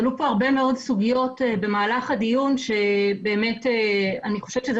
עלו כאן הרבה מאוד סוגיות במהלך הדיון שאני חושבת שזה